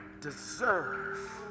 deserve